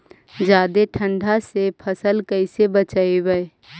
जादे ठंडा से फसल कैसे बचइबै?